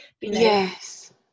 yes